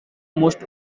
most